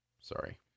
Sorry